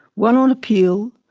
won on appeal,